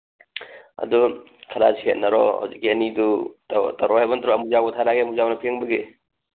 ꯑꯗꯨ ꯈꯔ ꯁꯦꯟꯅꯔꯣ ꯍꯧꯖꯤꯛꯀꯤ ꯑꯅꯤꯗꯨ ꯇꯧꯔꯛꯑꯣ ꯍꯥꯏꯕ ꯅꯠꯇ꯭ꯔꯣ ꯑꯃꯨꯖꯥꯎꯒ ꯊꯥꯔꯛꯑꯒꯦ ꯑꯃꯨꯖꯥꯎꯅ ꯐꯦꯡꯕꯒꯤ